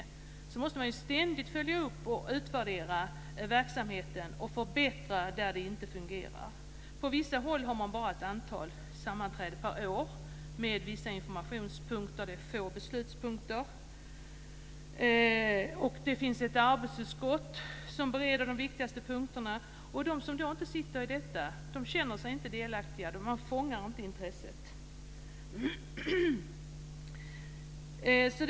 Man måste ständigt följa upp och utvärdera verksamheten och förbättra där det inte fungerar. På vissa håll är det bara ett fåtal sammanträden per år med vissa informationspunkter och få beslutspunkter, och det finns ett arbetsutskott som bereder de viktigaste punkterna. De som inte sitter med där känner sig inte delaktiga. Detta fångar inte deras intresse.